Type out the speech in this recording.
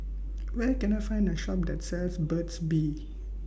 Where Can I Find A Shop that sells Burt's Bee